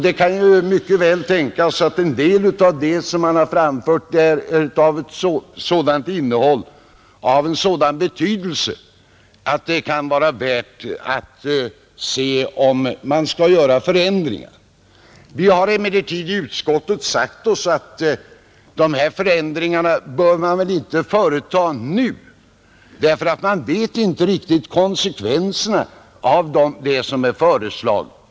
Det kan mycket väl tänkas att en del av det som där har framförts är av sådant innehåll och av sådan betydelse att det kan vara värt att se efter om man skall göra förändringar. Vi har emellertid inom utskottet sagt oss att man inte bör företa dessa förändringar nu, eftersom man inte riktigt vet konsekvenserna av det som är föreslaget.